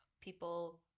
People